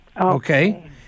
Okay